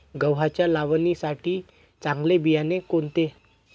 गव्हाच्या लावणीसाठी चांगले बियाणे कोणते?